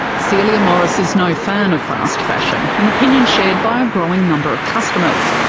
celia morris is no fan of fast fashion, an opinion shared by a growing number of customers.